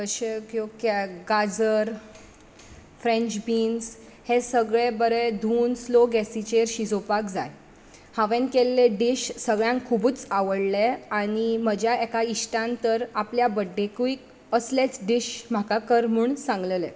कशे क्यो क्या गाजर फ्रँच बिन्स हें सगळें बरें धुवन स्लो गॅशीचेर शिजोवपाक जाय हांवेन केल्ले डीश सगळ्यांक खुबूच आवडले आनी म्हज्या एका इश्टान तर आपल्या बड्डेकूय असलेच डीश म्हाका कर म्हूण सांगललें